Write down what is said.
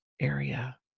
area